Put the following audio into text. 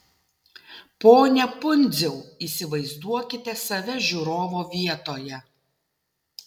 pone pundziau įsivaizduokite save žiūrovo vietoje